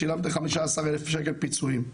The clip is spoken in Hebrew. שילמתם 15 אלף שקל פיצויים.